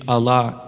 Allah